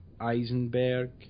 Eisenberg